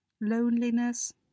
loneliness